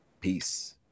Peace